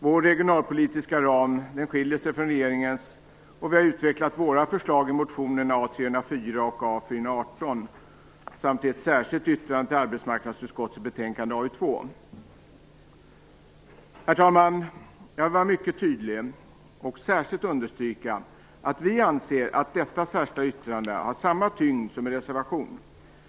Vår regionalpolitiska ram skiljer sig från regeringens, och vi har utvecklat våra förslag i motionerna A304 och A418 samt i ett särskilt yttrande till arbetsmarknadsutskottets betänkande AU2. Herr talman! Jag vill vara mycket tydlig och särskilt understryka att vi anser att detta särskilda yttrande har samma tyngd som en reservation.